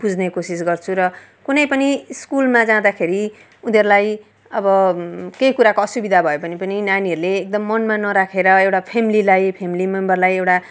बुझ्ने कोसिस गर्छु र कुनै पनि स्कुलमा जाँदाखेरि उनीहरूलाई अब केही कुराको असुविधा भयो भने पनि नानीहरूले एकदम मनमा नराखेर एउटा फ्यामिलीलीई फ्यामिली मेम्बरलाई एउटा